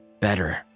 better